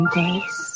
days